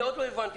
אני עוד לא הבנתי.